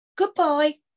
Goodbye